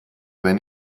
wenn